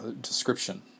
description